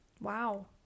Wow